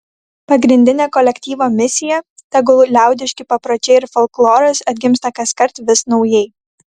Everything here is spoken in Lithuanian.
pagrindinė kolektyvo misija tegul liaudiški papročiai ir folkloras atgimsta kaskart vis naujai